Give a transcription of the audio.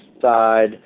side